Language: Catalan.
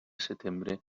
setembre